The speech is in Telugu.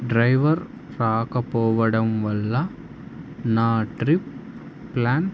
డ్రైవర్ రాకపోవడం వల్ల నా ట్రిప్ ప్లాన్